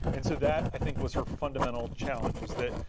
and so that i think was her fundamental challenge was that,